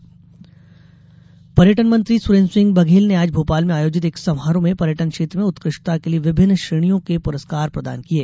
पर्यटन पुरस्कार पर्यटन मंत्री सुरेन्द्र सिंह बघेल ने आज भोपाल में आयोजित एक समारोह में पर्यटन क्षेत्र में उत्कृष्टता के लिये विभिन्न श्रेणियों के पुरस्कार प्रदान किये